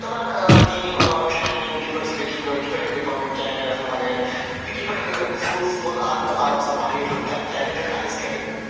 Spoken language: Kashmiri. تِمَن دِنۍ یِم ٹرٛینِنٛگ کِتھ پٲٹھۍ چھِ ژےٚ گِنٛدُن کِتھ پٲٹھۍ چھِ ہیٚکِو تُہۍ پَنُن کٮ۪ریَر بنٲیِتھ بیٚیہِ کِتھ پٲٹہۍ ہیٚکِو تُہۍ پتہٕ فرٛوٗٹفُل اَتھ منٛز آرام سان پَنٕنۍ ٹٮ۪لنٛٹ یوٗٹِلایِز کٔرِتھ